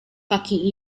kaki